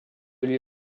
lui